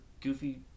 goofy